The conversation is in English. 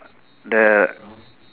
the